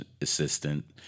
Assistant